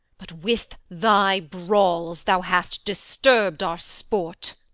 but with thy brawls thou hast disturb'd our sport.